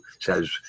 says